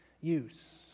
use